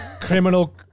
criminal